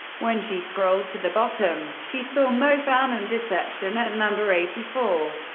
when she scrolled to the bottom, she saw mo fan and deception at number eighty four.